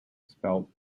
spelt